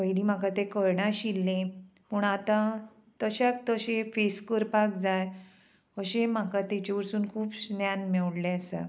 पयलीं म्हाका तें कळनाशिल्लें पूण आतां तश्याक तशें फेस करपाक जाय अशें म्हाका तेजे वचून खूब स्नान मेवलें आसा